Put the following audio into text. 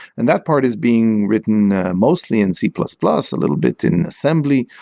and that part is being written mostly in c plus plus, a little bit in assembly,